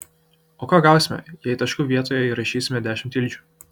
o ką gausime jei taškų vietoje įrašysime dešimt tildžių